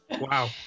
Wow